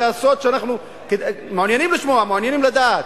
זה סוד שאנחנו מעוניינים לשמוע, מעוניינים לדעת,